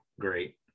great